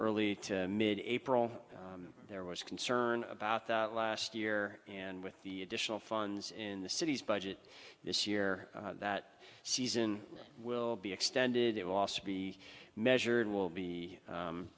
early to mid april there was concern about that last year and with the additional funds in the city's budget this year that season will be extended it will also be measured will be